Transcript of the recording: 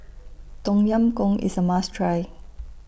Tom Yam Goong IS A must Try